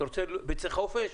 אתה רוצה ביצי חופש,?